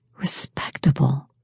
respectable